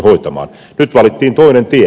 nyt valittiin toinen tie